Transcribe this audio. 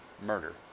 murder